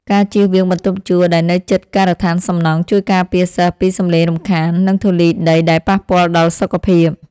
ការជៀសវាងបន្ទប់ជួលដែលនៅជិតការដ្ឋានសំណង់ជួយការពារសិស្សពីសំឡេងរំខាន និងធូលីដីដែលប៉ះពាល់ដល់សុខភាព។